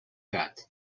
that